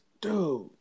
Dude